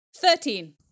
Thirteen